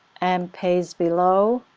and paste below.